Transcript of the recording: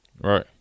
Right